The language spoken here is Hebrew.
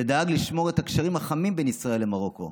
ודאג לשמור את הקשרים החמים בין ישראל למרוקו.